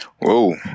Whoa